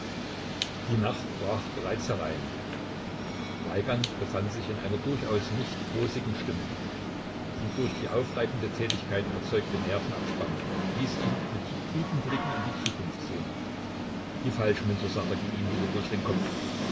die nacht brach bereits herein weigand befand sich in einer durchaus nicht rosigen stimmung die durch die aufreibende tätigkeit erzeugte nervenabspannung ließ ihn mit trüben blicken in die zukunft sehen die falschmünzersache ging ihm wieder durch den kopf